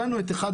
הבנו את (1)